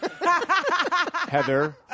Heather